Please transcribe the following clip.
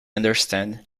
understand